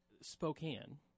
Spokane